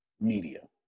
media